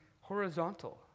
horizontal